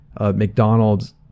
McDonald's